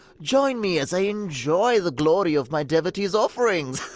join me as i enjoy the glory of my devotees' offerings.